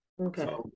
Okay